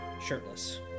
shirtless